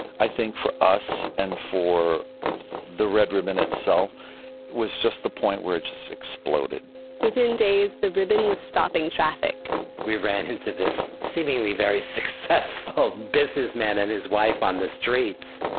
i think for us and for the red ribbon itself, it was just the point where it just exploded within days, the ribbon was stopping traffic we ran into this, seemingly very successful businessman and his wife on the streets,